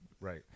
right